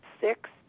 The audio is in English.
six